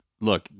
Look